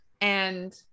and-